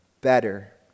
better